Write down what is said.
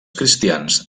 cristians